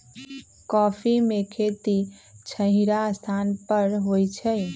coffee में खेती छहिरा स्थान पर होइ छइ